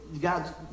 God